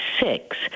six